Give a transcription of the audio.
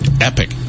epic